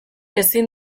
ezin